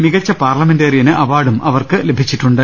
മികച്ച പാർലമെന്റേറിയന് അവാർഡും അവർക്ക് ലഭിച്ചിട്ടുണ്ട്